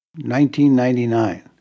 1999